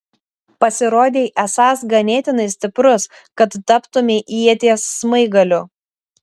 pasirodei esąs ganėtinai stiprus kad taptumei ieties smaigaliu